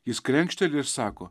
jis krenkštelėjo ir sako